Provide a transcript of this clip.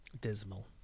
dismal